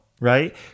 right